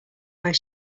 where